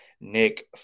Nick